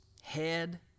head